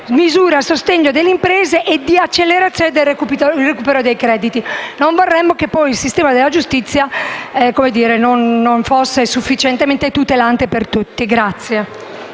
misure a sostegno delle imprese e l'accelerazione del recupero del credito. Non vorremmo che il sistema della giustizia non fosse poi sufficientemente tutelante per tutti.